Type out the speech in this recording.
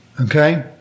Okay